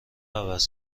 عوض